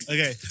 Okay